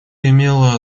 имела